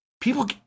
people